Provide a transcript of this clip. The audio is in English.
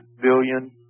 billion